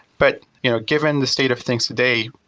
but you know given the state of things today,